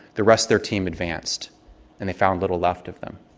the rest of their team advanced and they found little left of them.